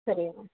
சரிங்க